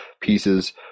pieces